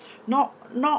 not not